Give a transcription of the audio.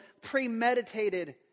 premeditated